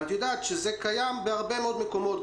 את יודעת שזה קיים בהרבה מאוד מקומות.